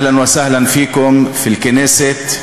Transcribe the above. (אומר בערבית: ברוכים הבאים לכנסת.